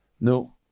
no